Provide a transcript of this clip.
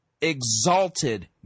exalted